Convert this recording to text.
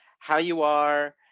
how you are,